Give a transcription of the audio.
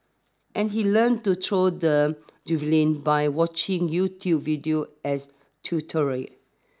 and he learnt to throw the javelin by watching YouTube videos as tutorial